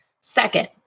Second